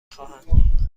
خواهند